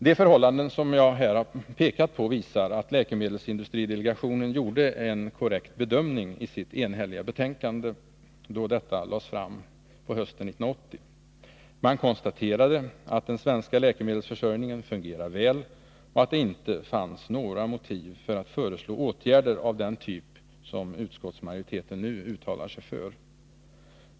De förhållanden som jag här har pekat på visar att läkemedelsindustridelegationen gjorde en korrekt bedömning i sitt enhälliga betänkande hösten 1980. Man konstaterade att den svenska läkemedelsförsörjningen fungerar väl och att det inte fanns några motiv för att föreslå åtgärder av den typ som utskottsmajoriteten nu uttalar sig för.